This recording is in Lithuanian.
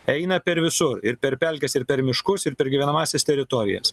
eina per visur ir per pelkes ir per miškus ir per gyvenamąsias teritorijas